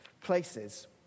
places